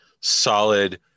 solid